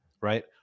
right